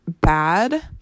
bad